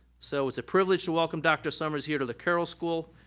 so it's a privilege to welcome dr. summers here to the carroll school.